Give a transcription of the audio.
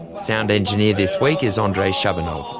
sound engineer this week is andrei shabunov,